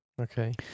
Okay